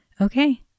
Okay